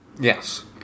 Yes